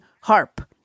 harp